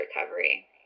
recovery